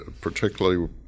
particularly